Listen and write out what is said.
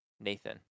Nathan